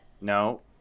No